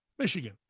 Michigan